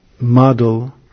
model